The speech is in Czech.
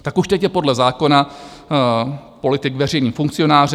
Tak už teď je podle zákona politik veřejným funkcionářem.